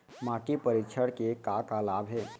माटी परीक्षण के का का लाभ हे?